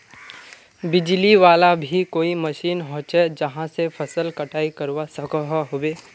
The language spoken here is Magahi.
बिजली वाला भी कोई मशीन होचे जहा से फसल कटाई करवा सकोहो होबे?